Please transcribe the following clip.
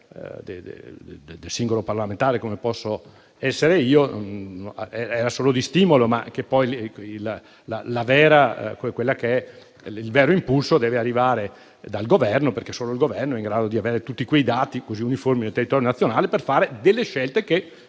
del singolo parlamentare, quale posso essere io, fosse solo di stimolo, ma il vero impulso dovesse arrivare dal Governo, perché solo il Governo è in grado di avere tutti i dati relativi al territorio nazionale, per fare delle scelte, che